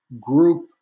group